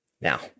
Now